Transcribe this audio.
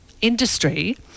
Industry